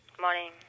morning